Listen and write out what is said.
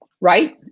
Right